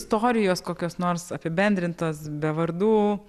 istorijos kokios nors apibendrintos be vardų